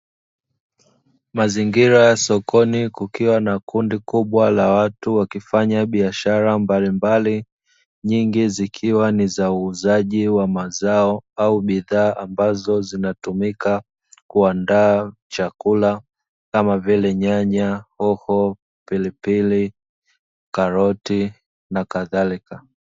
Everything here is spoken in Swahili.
Mazingira ya sokoni, kukiwa na kundi kubwa la watu wakifanya biashara mbalimbali, nyingi zikiwa ni za uuzaji wa mazao au bidhaa ambazo zinazotumika kuandaa chakula, kama vile: nyanya, hoho, pilipili, karoti na kadhalika.